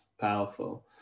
powerful